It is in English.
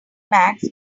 emacs